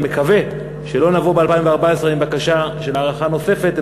אני מקווה שלא נבוא ב-2014 עם בקשה להארכה נוספת,